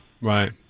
Right